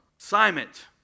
Assignment